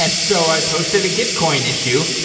and so i posted a gitcoin issue,